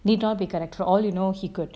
need not be correct for all you know he could